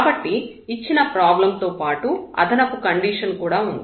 కాబట్టి ఇచ్చిన ప్రాబ్లం తో పాటు అదనపు కండిషన్ కూడా ఉంది